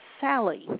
Sally